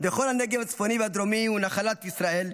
וכל הנגב הצפוני והדרומי הוא נחלת ישראל.